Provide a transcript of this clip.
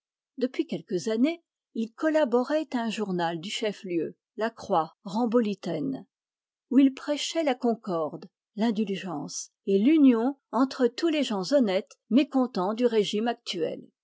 correct depuis quelques années il collaborait à un journal du chef-lieu la croix rambolitaine où il prêchait l'union entre tous les gens honnêtes mécontents du régime actuel